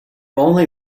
only